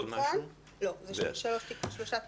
אלה שלושה תיקונים.